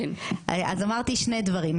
אמרתי שני דברים,